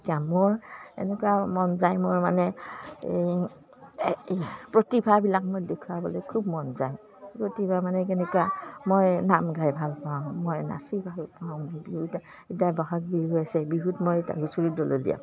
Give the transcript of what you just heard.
এতিয়া মোৰ এনেকুৱা মন যায় মোৰ মানে এই প্ৰতিভাবিলাক মই দেখুৱাবলৈ খুব মন যায় প্ৰতিভা মানে কেনেকুৱা মই নাম গাই ভালপাওঁ মই নাচি ভালপাওঁ বিহুত এতিয়া এতিয়া বহাগ বিহু আহিছে বিহুত মই এতিয়া হুচৰি দল উলিয়াওঁ